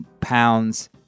pounds